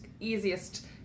easiest